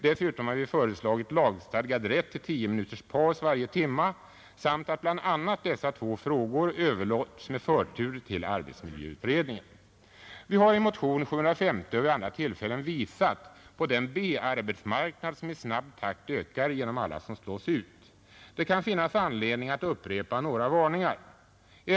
Dessutom har vi föreslagit lagstadgad rätt till tio minuters paus varje timme samt att bl.a. dessa två frågor överlåts med förtur till arbetsmiljöutredningen. Vi har i motionen 750 och vid andra tillfällen visat på den B-arbetsmarknad som i snabb takt ökar genom alla som slås ut. Det kan finnas anledning att upprepa några varningar.